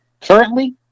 Currently